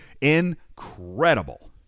incredible